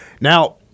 Now